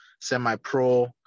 semi-pro